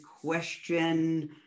question